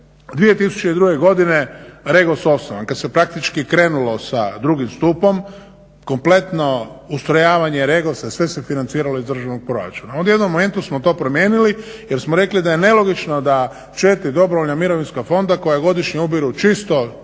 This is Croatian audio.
2002.godine REGOS osnovan kada se praktički krenulo sa 2.stupom kompletno ustrojavanje REGOS-a sve se financiralo iz državnog proračuna. u jednom momentu smo to promijenili jer smo rekli da je nelogično da 4 dobrovoljna mirovinska fonda koja godišnje ubiru čito